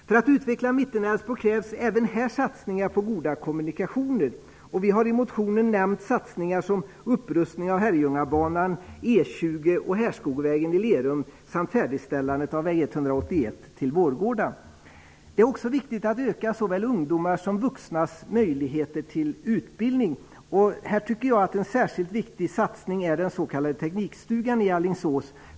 För att utveckla Mittenälvsborg krävs även satsningar på goda kommunikationer. Vi har i motionen nämnt satsningar som upprustning av Det är också viktigt att öka såväl ungdomars som vuxnas möjligheter till utbildning. En särskilt viktig satsning är den s.k. Teknikstugan i Alingsås.